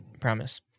promise